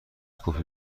کپی